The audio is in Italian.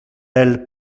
del